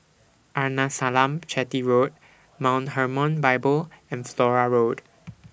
Arnasalam Chetty Road Mount Hermon Bible and Flora Road